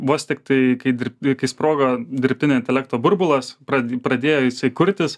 vos tiktai kai dirb kai sprogo dirbtinio intelekto burbulas pra pradėjo pradėjo jisai kurtis